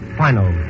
final